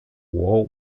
war